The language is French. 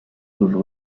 doivent